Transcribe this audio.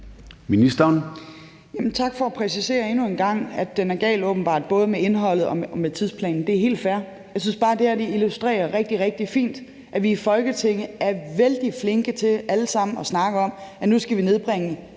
Tak for at præcisere endnu en gang, at den åbenbart er gal med både indholdet og tidsplanen. Det er helt fair. Jeg synes bare, at det her illustrerer rigtig, rigtig fint, at vi i Folketinget alle sammen er vældig flinke til at snakke om, at nu skal vi nedbringe